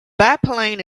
biplane